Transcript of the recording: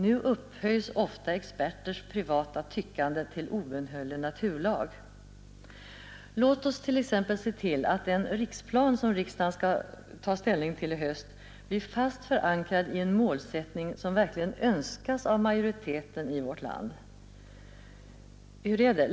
Nu upphöjs ofta experters privata tyckande till obönhörlig naturlag. Låt oss t.ex. se till att den riksplan som riksdagen skall ta ställning till Nr 17 i höst blir fast förankrad i en målsättning som önskas av majoriteten i Torsdagen den vårt land. Hur är det?